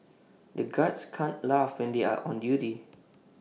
the guards can't laugh when they are on duty